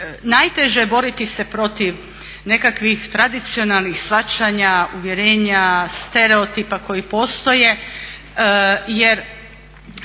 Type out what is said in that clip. najteže je boriti se protiv nekakvih tradicionalnih shvaćanja, uvjerenja, stereotipa koji postoje jer